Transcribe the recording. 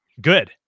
good